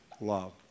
love